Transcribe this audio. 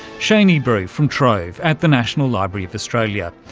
cheney brew from trove at the national library of australia.